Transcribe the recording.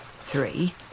three